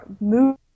move